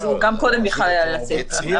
אז הוא גם קודם יכול היה לצאת -- הצהירו לתקופות ארוכות.